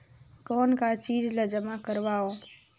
कौन का चीज ला जमा करवाओ?